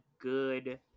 good